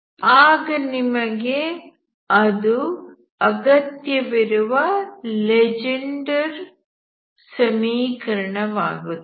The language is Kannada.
ಆಗ ಅದು ನಿಮಗೆ ಅಗತ್ಯವಿರುವ ಲೆಜೆಂಡರ್ ಸಮೀಕರಣ ವಾಗುತ್ತದೆ